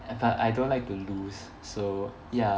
I I don't like to lose so ya